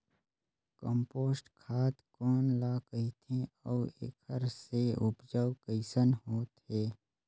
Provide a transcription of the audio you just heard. Compost खाद कौन ल कहिथे अउ एखर से उपजाऊ कैसन होत हे?